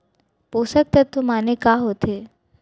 पोसक तत्व माने का होथे?